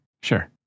Sure